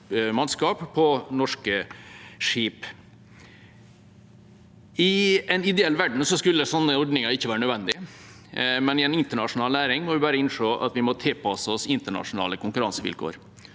mannskap og norske skip. I en ideell verden skulle slike ordninger ikke være nødvendig, men i en internasjonal næring må vi bare innse at vi må tilpasse oss internasjonale konkurransevilkår.